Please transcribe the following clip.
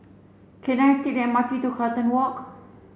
can I take the M R T to Carlton Walk